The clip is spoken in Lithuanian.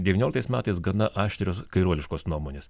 devynioliktais metais gana aštrios kairuoliškos nuomonės